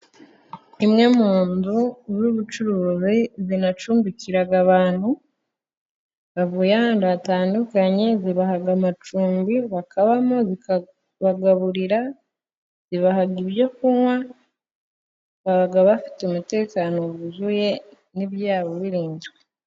Imwe mu nzu z'ubucuruzi zinacumbikira abantu bavuye ahantu hatandukanye, zibaha amacumbi bakabamo, zikabagaburira, zibaha ibyo kunywa, baba bafite umutekano wuzuye n'ibyabo birinzwe.